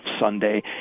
Sunday